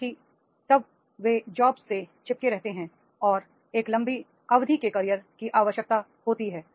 बल्कि तब वे जॉब्स से चिपके रहते हैं और एक लंबी अवधि के कैरियर की आवश्यकता होती है